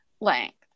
length